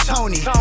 Tony